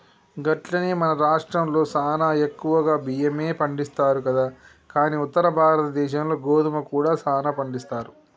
గట్లనే మన రాష్ట్రంలో సానా ఎక్కువగా బియ్యమే పండిస్తారు కదా కానీ ఉత్తర భారతదేశంలో గోధుమ కూడా సానా పండిస్తారు